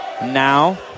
Now